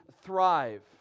thrive